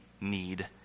need